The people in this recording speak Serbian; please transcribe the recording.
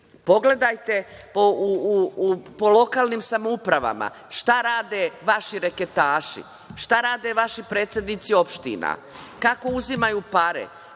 Pogledajte po lokalnim samoupravama šta rade vaši reketaši, šta rade vaši predsednici opština, kako uzimaju pare,